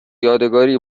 یادگاری